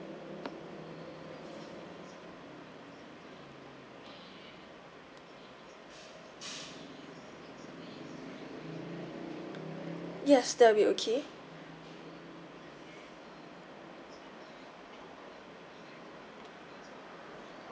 yes that will be okay